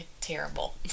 terrible